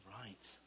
right